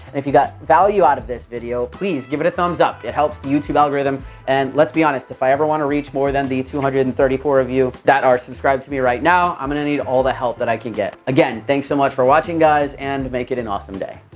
if you got value out of this video, please give it a thumbs up. it helps the youtube algorithm and, let's be honest, if i ever want to reach more than the two hundred and thirty four of you that are subscribed to me right now, i'm gonna need all the help that i can get. again, thanks so much for watching guys and make it an awesome day.